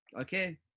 okay